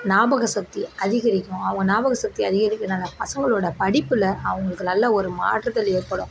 ஞாபகம் சக்தி அதிகரிக்கும் அவங்க ஞாபகம் சக்தி அதிகரிக்கனால் பசங்களோடய படிப்பில் அவங்களுக்கு நல்ல ஒரு மாறுதல் ஏற்படும்